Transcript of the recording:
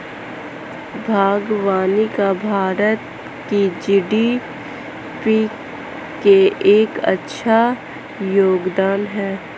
बागवानी का भारत की जी.डी.पी में एक अच्छा योगदान है